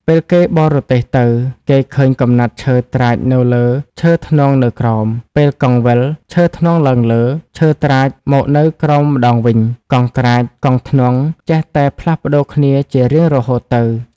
ពេលគេបររទេះទៅ គេឃើញកំណាត់ឈើត្រាចនៅលើ ឈើធ្នង់នៅក្រោម ពេលកង់វិល ឈើធ្នង់ឡើងលើ ឈើត្រាចមកនៅក្រោមម្តងវិញ កង់ត្រាច កង់ធ្នង់ ចេះតែផ្លាស់ប្តូរគ្នាជារហូតទៅ ។